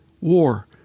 War